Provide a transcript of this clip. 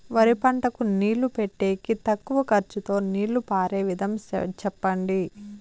వరి పంటకు నీళ్లు పెట్టేకి తక్కువ ఖర్చుతో నీళ్లు పారే విధం చెప్పండి?